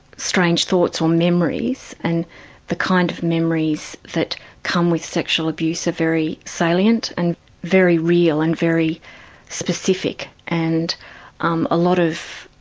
strange thoughts or memories and the kind of memories that come with sexual abuse are very salient and very real and very specific and um a lot of